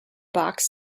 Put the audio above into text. box